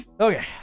Okay